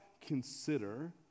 consider